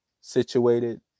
situated